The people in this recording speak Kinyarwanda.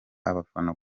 abafana